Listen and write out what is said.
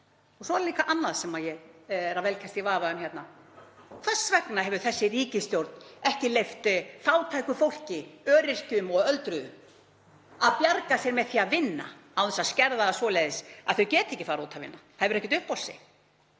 Svo er líka annað sem ég er að velkjast í vafa um hérna. Hvers vegna hefur þessi ríkisstjórn ekki leyft fátæku fólki, öryrkjum og öldruðum, að bjarga sér með því að vinna án þess að skerða það svoleiðis að þau geta ekki farið út að vinna, það hefur ekkert upp á sig?